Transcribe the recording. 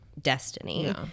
destiny